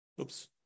Oops